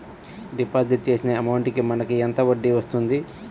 Deposit చేసిన amount కి మనకి ఎంత వడ్డీ వస్తుంది?